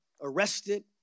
arrested